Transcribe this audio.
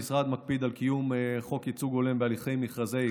המשרד מקפיד על קיום חוק ייצוג הולם בהליכי מכרזי